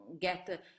get